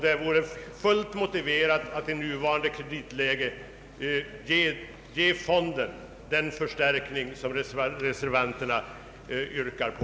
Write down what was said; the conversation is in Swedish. Det vore fullt motiverat att i nuvarande kreditläge ge fonden den förstärkning reservanterna yrkar på.